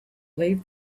leave